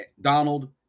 Donald